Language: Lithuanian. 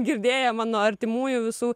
girdėjo mano artimųjų visų